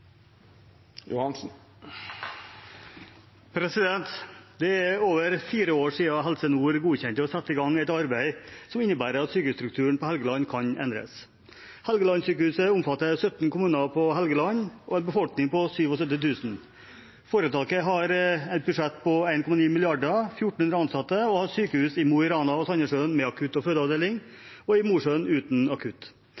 minutt. Det er over fire år siden Helse Nord godkjente å sette i gang et arbeid som innebærer at sykehusstrukturen på Helgeland kan endres. Helgelandssykehuset omfatter 17 kommuner på Helgeland og en befolkning på 77 000. Foretaket har et budsjett på 1,9 mrd. kr, 1 400 ansatte og sykehus i Mo i Rana og Sandnessjøen med akutt- og